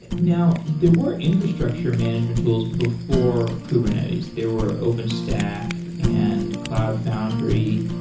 now, they were infrastructure management tools before kubernetes, there were openstack and cloud foundry.